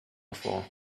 for